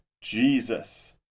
Jesus